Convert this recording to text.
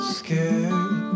scared